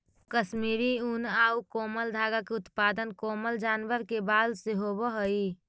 कश्मीरी ऊन आउ कोमल धागा के उत्पादन कोमल जानवर के बाल से होवऽ हइ